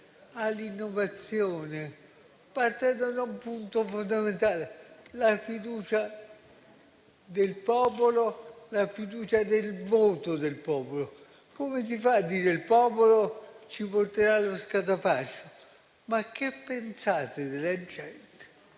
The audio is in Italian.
all'innovazione, partendo da un punto fondamentale: la fiducia nel voto del popolo? Come si fa a dire che il popolo ci porterà allo scatafascio? Ma che pensate della gente,